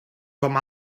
com